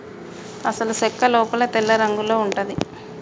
అసలు సెక్క లోపల తెల్లరంగులో ఉంటది